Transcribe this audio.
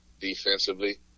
defensively